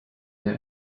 der